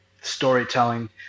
storytelling